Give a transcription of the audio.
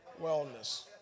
wellness